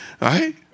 right